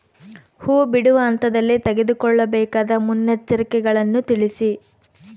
ಹೂ ಬಿಡುವ ಹಂತದಲ್ಲಿ ತೆಗೆದುಕೊಳ್ಳಬೇಕಾದ ಮುನ್ನೆಚ್ಚರಿಕೆಗಳನ್ನು ತಿಳಿಸಿ?